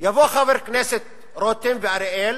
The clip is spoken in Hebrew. יבואו חברי הכנסת רותם ואריאל